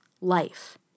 life